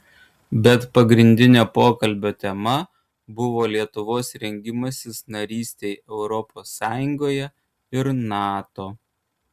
bet pagrindinė pokalbio tema buvo lietuvos rengimasis narystei europos sąjungoje ir nato